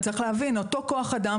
צריך להבין: זה אותו כוח אדם,